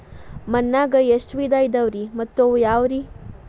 ಮಣ್ಣಾಗ ಎಷ್ಟ ವಿಧ ಇದಾವ್ರಿ ಮತ್ತ ಅವು ಯಾವ್ರೇ?